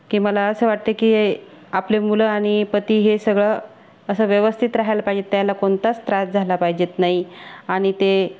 की मला असं वाटतं की हे आपले मुलं आणि पती हे सगळं असं व्यवस्थित राहायला पाहिजेत त्यायला कोणताच त्रास झाला पाहिजेत नाही आणि ते